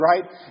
right